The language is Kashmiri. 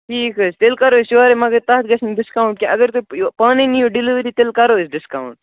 ٹھیٖک حظ تیٚلہِ کَرو أسۍ یورَے مگر تَتھ گژھِ نہٕ ڈِسکاوُنٛٹ کیٚنٛہہ اگر تُہۍ پانَے نِیِو ڈیٚلِؤری تیٚلہِ کَرو أسۍ ڈِسکاوُنٛٹ